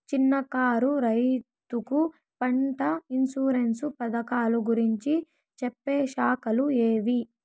చిన్న కారు రైతుకు పంట ఇన్సూరెన్సు పథకాలు గురించి చెప్పే శాఖలు ఏవి?